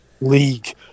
league